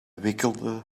wikkelde